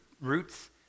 roots